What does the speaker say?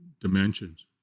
dimensions